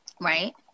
right